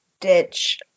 ditch